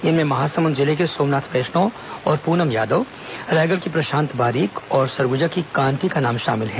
इनमें महासमुद जिले के सोमनाथ वैष्णव और प्रनम यादव रायगढ़ के प्रशांत बारीक और सरगुजा की कांति का नाम शामिल हैं